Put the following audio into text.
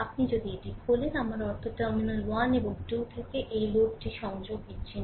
আপনি যদি এটি খোলেন আমার অর্থ টার্মিনাল 1 এবং 2 থেকে এই লোডটি সংযোগ বিচ্ছিন্ন